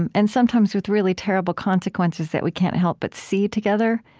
and and sometimes with really terrible consequences that we can't help but see together,